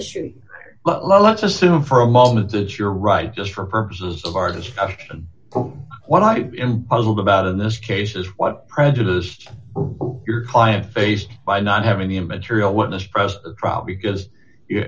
issue well let's assume for a moment that you're right just for purposes of our discussion what i've been puzzled about in this case is what prejudiced your client faced by not having the material witness present probably because you